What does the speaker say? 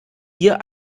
hier